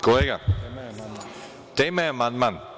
Kolega, tema je amandman.